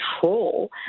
control